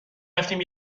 رفتیم